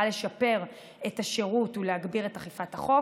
לשפר את השירות ולהגביר את אכיפת החוק.